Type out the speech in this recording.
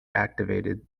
activated